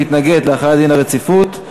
הוא מתנגד להחלת דין הרציפות.